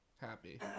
happy